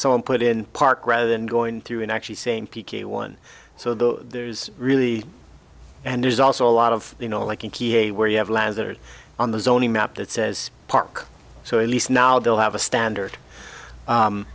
someone put in park rather than going through and actually saying peaky one so there's really and there's also a lot of you know like a key a where you have lands that are on the zoning map that says park so at least now they'll have a standard